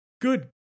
good